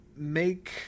make